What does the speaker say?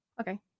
okay